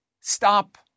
Stop